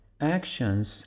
actions